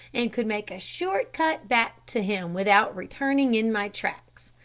and could make a short cut back to him without returning in my tracks.